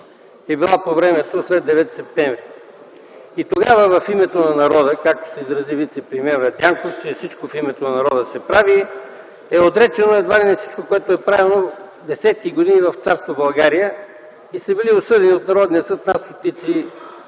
е била по времето след 9-ти септември. Тогава в името на народа, както се изрази вицепремиерът Дянков, че всичко в името на народа да се прави е отречено едва ли не всичко, което е правено десетки години в Царство България и са били осъдени от Народния съд над стотици